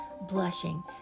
blushing